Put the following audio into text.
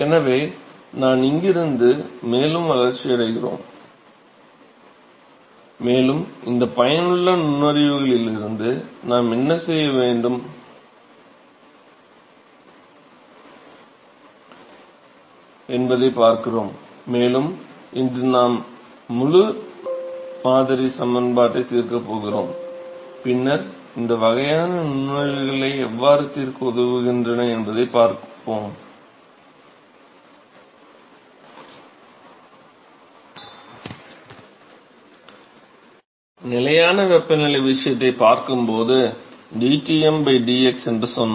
எனவே நாம் இங்கிருந்து மேலும் வளர்ச்சியடைகிறோம் மேலும் இந்த பயனுள்ள நுண்ணறிவுகளிலிருந்து நாம் என்ன செய்ய முடியும் என்பதைப் பார்க்கிறோம் மேலும் இன்று நாம் முழு மாதிரி சமன்பாட்டைத் தீர்க்கப் போகிறோம் பின்னர் இந்த வகையான நுண்ணறிவுகள் எவ்வாறு தீர்க்க உதவுகின்றன என்பதைப் பார்ப்போம் நிலையான வெப்பநிலை விஷயத்தைப் பார்க்கும் போது dTmdx என்று சொன்னோம்